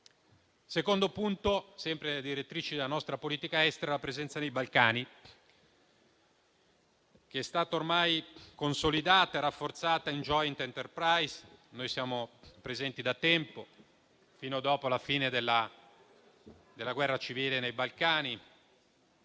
secondo punto nelle direttrici della nostra politica estera riguarda la presenza nei Balcani, che è stata ormai consolidata e rafforzata nell'operazione Joint Enterprise. Noi siamo presenti da tempo, dalla fine della guerra civile nei Balcani,